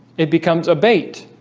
it becomes a bait